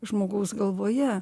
žmogaus galvoje